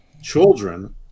children